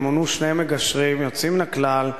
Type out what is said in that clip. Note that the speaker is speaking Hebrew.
ומונו שני מגשרים יוצאים מן הכלל,